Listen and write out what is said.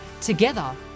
Together